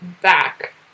back